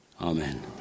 amen